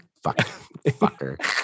Fucker